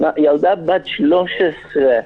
ילדה בת 13,